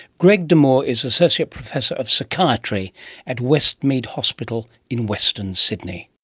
greg de moore is associate professor of psychiatry at westmead hospital in western sydney.